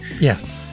Yes